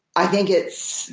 i think it's